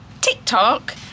TikTok